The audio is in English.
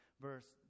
verse